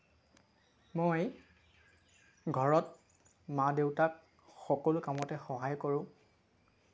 মই ঘৰত মা দেউতাক সকলো কামতে সহায় কৰোঁ